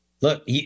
Look